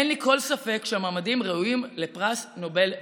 אין לי כל ספק שהמועמדים ראויים לפרס נובל לשלום.